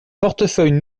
portefeuille